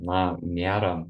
na nėra